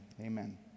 Amen